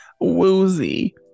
Woozy